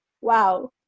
wow